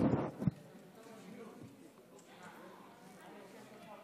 תודה רבה, כבוד היושב-ראש.